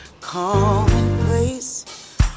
commonplace